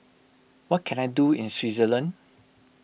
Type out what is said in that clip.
what can I do in Switzerland